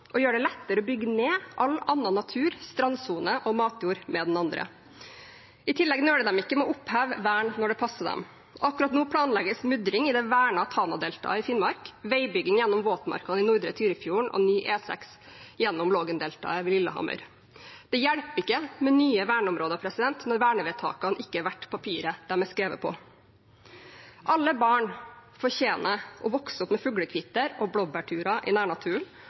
og gjør det lettere å bygge ned all annen natur, strandsone og matjord med den andre. I tillegg nøler de ikke med å oppheve vern når det passer dem. Akkurat nå planlegges mudring i det vernede Tanadeltaet i Finnmark, veibygging gjennom våtmarkene i Nordre Tyrifjorden og ny E6 gjennom Lågendeltaet ved Lillehammer. Det hjelper ikke med nye verneområder når vernevedtakene ikke er verdt papiret de er skrevet på. Alle barn fortjener å vokse opp med fuglekvitter og blåbærturer i nærnaturen,